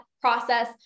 process